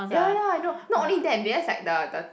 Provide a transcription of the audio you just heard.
ya ya ya I know not only that because like the the